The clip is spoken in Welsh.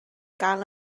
gael